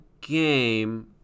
game